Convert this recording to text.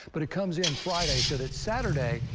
but it comes in friday, so that saturday.